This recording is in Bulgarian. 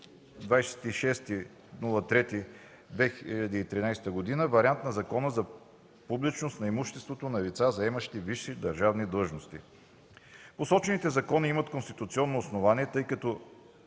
26.03.2013 г. вариант на Закона за публичност на имуществото на лица, заемащи висши държавни длъжности. Посочените закони имат конституционно основание, тъй като